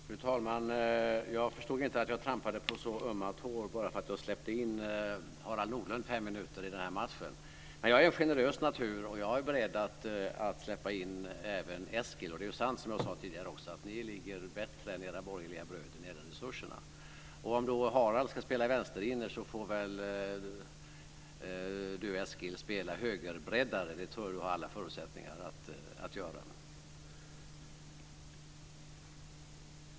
Fru talman! Jag förstod inte att jag trampade på så ömma tår bara för att jag släppte in Harald Nordlund i denna match i tio minuter. Men jag är en generös natur, och jag är beredd att släppa in även Eskil. Det är sant som jag sade tidigare: Ni ligger bättre än era borgerliga bröder när det gäller resurserna. Om Harald ska spela vänsterinner får Eskil spela högerbreddare. Det tror jag att han har alla förutsättningar att göra.